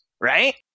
right